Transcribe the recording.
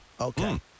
Okay